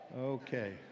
Okay